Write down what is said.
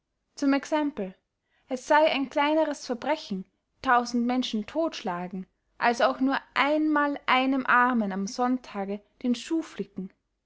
zum exempel es sey ein kleineres verbrechen tausend menschen todt schlagen als auch nur einmal einem armen am sonntage den schuh flicken